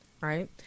right